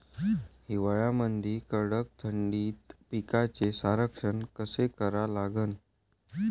हिवाळ्यामंदी कडक थंडीत पिकाचे संरक्षण कसे करा लागन?